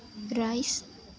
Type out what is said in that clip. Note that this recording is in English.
rice